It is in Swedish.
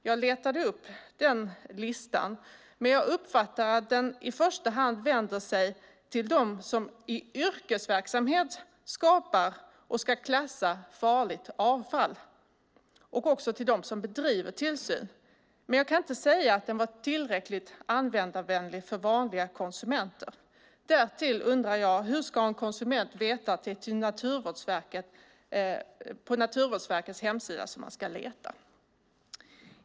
Jag letade upp listan, men jag uppfattar att den i första hand vänder sig till dem som i yrkesverksamhet skapar och ska klassa farligt avfall och till dem som bedriver tillsyn. Men jag kan inte säga att den var tillräckligt användarvänlig för vanliga konsumenter. Därtill undrar jag hur en konsument ska kunna veta att det är på Naturvårdsverkets hemsida som man ska leta.